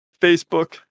Facebook